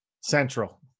Central